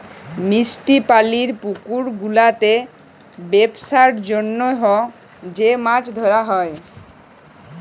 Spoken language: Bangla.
মিষ্টি পালির পুকুর গুলাতে বেপসার জনহ যে মাছ ধরা হ্যয়